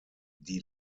die